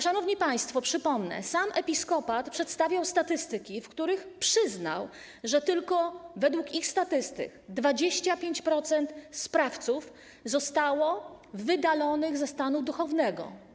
Szanowni państwo, przypomnę: sam episkopat przedstawiał statystyki, w których przyznał, że według ich statystyk tylko 25% sprawców zostało wydalonych ze stanu duchownego.